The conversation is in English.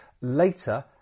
later